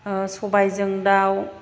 सबाइजों दाउ